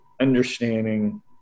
understanding